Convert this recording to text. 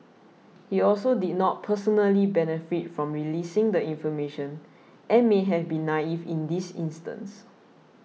he also did not personally benefit from releasing the information and may have been naive in this instance